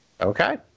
Okay